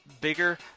bigger